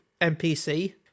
NPC